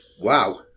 wow